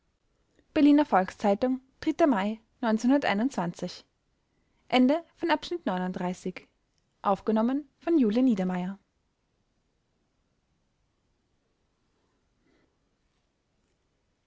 berliner volks-zeitung mai